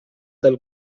del